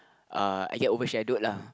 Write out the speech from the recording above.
uh I get overshadowed lah